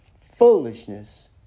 foolishness